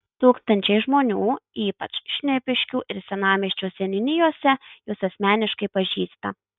tūkstančiai žmonių ypač šnipiškių ir senamiesčio seniūnijose jus asmeniškai pažįsta